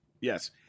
Yes